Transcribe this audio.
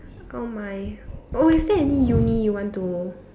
oh my oh is there any uni you want to